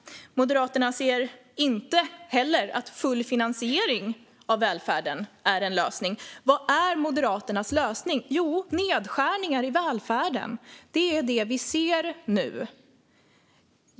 Moderaterna ser inte heller att full finansiering av välfärden är en lösning. Vad är Moderaternas lösning? Jo, nedskärningar i välfärden. Det är det vi ser nu.